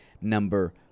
number